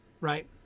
right